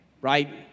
Right